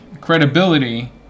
credibility